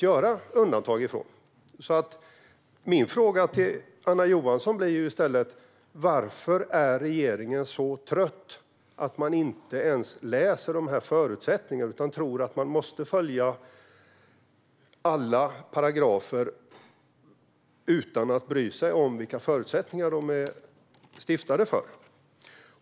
Mina frågor till Anna Johansson är i stället: Varför är regeringen så trött att man inte ens läser förutsättningarna utan tror att man måste följa alla paragrafer utan att bry sig om vilka förutsättningar de är stiftade för?